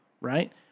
right